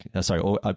sorry